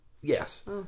Yes